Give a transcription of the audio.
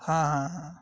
ہاں ہاں ہاں